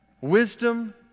wisdom